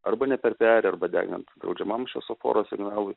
arba ne per perėją arba degant draudžiamam šviesoforo signalui